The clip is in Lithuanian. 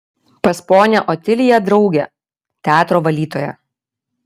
pas ponią otiliją draugė teatro valytoja